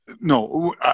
no